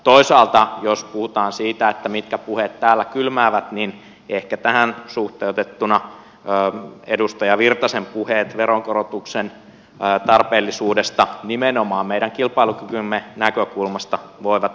toisaalta jos puhutaan siitä mitkä puheet täällä kylmäävät ehkä tähän suhteutettuna edustaja virtasen puheet veronkorotuksen tarpeellisuudesta nimenomaan meidän kilpailukykymme näkökulmasta voivat kylmiltä tuntua